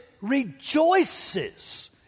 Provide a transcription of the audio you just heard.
rejoices